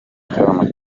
gitaramo